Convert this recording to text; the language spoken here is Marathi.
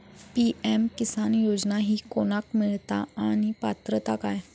पी.एम किसान योजना ही कोणाक मिळता आणि पात्रता काय?